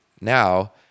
now